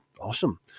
awesome